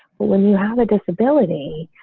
when you have a disability.